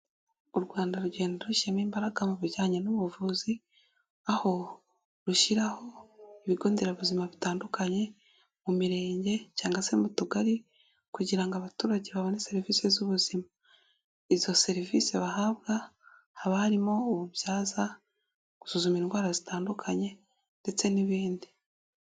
U Rwanda rugenda rushyiramo imbaraga mu bijyanye n'ubuvuzi, aho rushyiraho ibigo nderabuzima bitandukanye mu mirenge cyangwa se mu tugari kugira ngo abaturage babone serivisi z'ubuzima. Izo serivisi bahabwa haba harimo ububyaza, gusuzuma indwara zitandukanye ndetse n'ibindi.